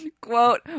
quote